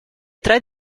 tre